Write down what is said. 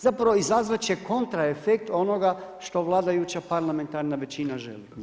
Zapravo, izazvat će kontraefekt onoga što vladajuća parlamentarna većina želi.